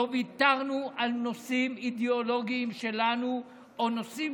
לא ויתרנו על נושאים אידיאולוגיים שלנו או נושאים